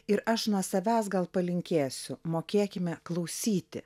ir aš nuo savęs gal palinkėsiu mokėkime klausyti